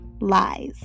lies